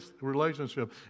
relationship